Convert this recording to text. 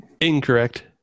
Incorrect